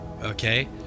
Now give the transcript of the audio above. okay